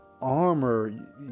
Armor